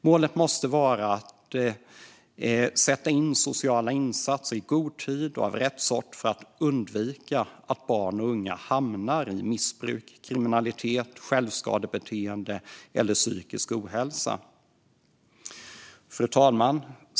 Målet måste vara att sätta in sociala insatser i god tid och av rätt sort för att förhindra att barn och unga hamnar i missbruk, kriminalitet, självskadebeteenden eller psykisk ohälsa. Fru talman!